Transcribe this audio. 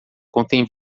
contém